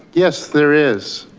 yes, there is.